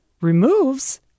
removes